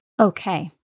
Okay